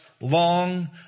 long